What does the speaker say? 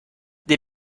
des